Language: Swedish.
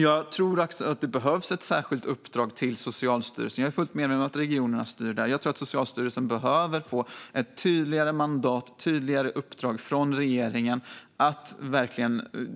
Jag tror också att det behövs ett särskilt uppdrag till Socialstyrelsen. Jag är fullt medveten om att regionerna styr där. Jag tror att Socialstyrelsen behöver få ett tydligare mandat och ett tydligare uppdrag från regeringen att